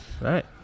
Right